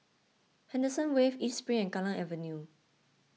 Henderson Wave East Spring and Kallang Avenue